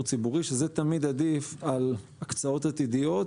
ציבורי שזה תמיד עדיף על הקצאות עתידיות.